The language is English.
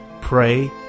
pray